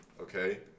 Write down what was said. okay